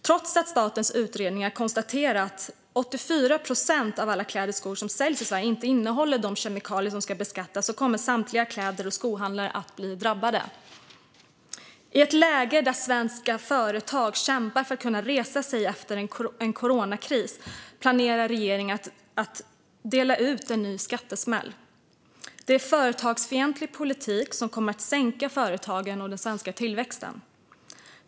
Trots att statens utredning har konstaterat att 84 procent av alla kläder och skor som säljs i Sverige inte innehåller de kemikalier som ska beskattas kommer samtliga kläd och skohandlare att drabbas. I ett läge där svenska företag kämpar för att kunna resa sig efter coronakrisen planerar regeringen att dela ut en ny skattesmäll. Det är företagsfientlig politik som kommer att sänka företagen och den svenska tillväxten.